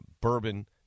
bourbon